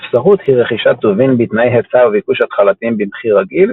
ספסרות היא רכישת טובין בתנאי היצע וביקוש התחלתיים במחיר רגיל,